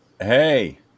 hey